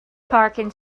parking